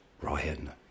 Ryan